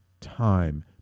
time